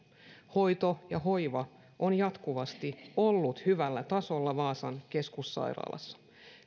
hoito ja hoiva ovat jatkuvasti olleet hyvällä tasolla vaasan keskussairaalassa